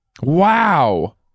Wow